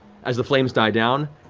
as the flames die down,